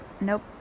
nope